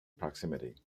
proximity